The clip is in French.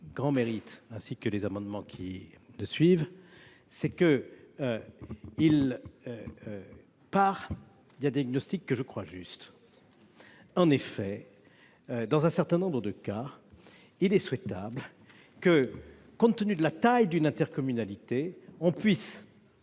un grand mérite, ainsi que les amendements qui suivent : il tend à partir d'un diagnostic que je crois juste. En effet, dans un certain nombre de cas, il est souhaitable que, compte tenu de la taille d'une intercommunalité, il puisse